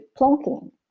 plonking